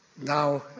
now